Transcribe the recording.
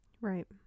Right